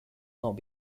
not